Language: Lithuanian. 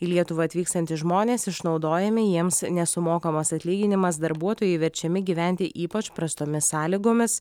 į lietuvą atvykstantys žmonės išnaudojami jiems nesumokamas atlyginimas darbuotojai verčiami gyventi ypač prastomis sąlygomis